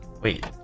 wait